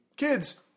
kids